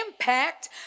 impact